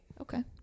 Okay